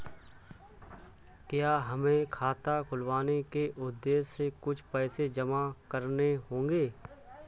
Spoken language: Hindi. क्या हमें खाता खुलवाने के उद्देश्य से कुछ पैसे जमा करने होंगे?